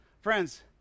Friends